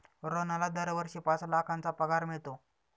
रोहनला दरवर्षी पाच लाखांचा पगार मिळतो